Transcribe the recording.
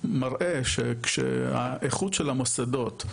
מראה שכשהאיכות של המוסדות,